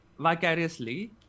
Vicariously